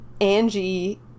Angie